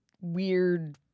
weird